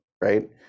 right